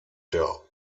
der